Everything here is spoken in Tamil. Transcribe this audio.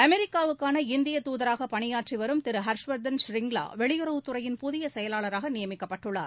அமெரிக்காவுக்கான இந்திய தூதராக பணியாற்றி வரும் திரு ஹா்ஷ்வா்தன் ஸ்ரிங்லா வெளியறவுத் துறையின் புதிய செயலாளராக நியமிக்கப்பட்டுள்ளார்